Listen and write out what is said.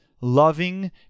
loving